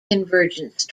convergence